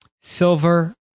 silver